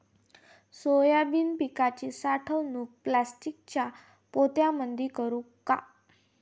Soybean पिकाची साठवणूक प्लास्टिकच्या पोत्यामंदी करू का?